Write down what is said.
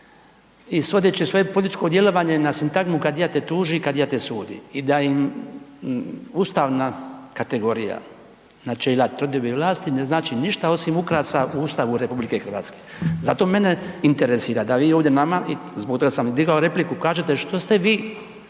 svoje političko djelovanje na sintagmu „kadija te tuži, kadija te sudi“ i da im ustavna kategorija načela …/nerazumljivo/… vlasti ne znači ništa osim ukrasa u Ustavu RH. Zato mene interesira da vi ovdje nama i zbog toga sam digao repliku kažete što ste vi